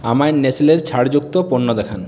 আমায় নেস্লের ছাড় যুক্ত পণ্য দেখান